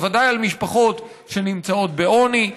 ודאי על משפחות שנמצאות בעוני,